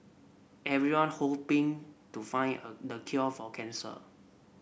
everyone hoping to find a the cure for cancer